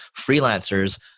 freelancers